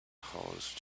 horse